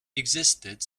existed